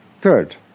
Third